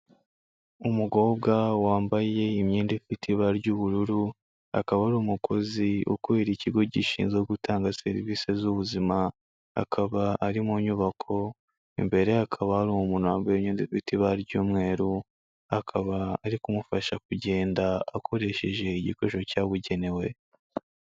Umukobwa wambaye imyenda ifite ibara ry'ubururu akaba ari umukozi ukuri ikigo gishinzwe gutanga service z'ubuzima akaba ari mu nyubako, imbere ye hakaba hari umuntu wambaye imyenda ifite ibara ry'umweru, akaba ari kumufasha kugenda akoresheje igikoresho cyabugenewe.